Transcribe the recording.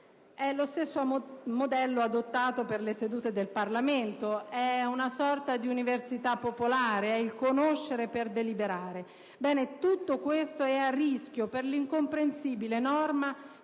È lo stesso modello adottato per le sedute del Parlamento; è una sorta di università popolare, è il conoscere per deliberare. Ora tutto questo è a rischio per l'incomprensibile norma